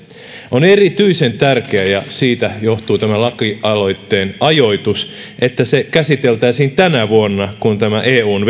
on erityisen tärkeää ja siitä johtuu tämä lakialoitteen ajoitus että aloite käsiteltäisiin tänä vuonna kun nämä eun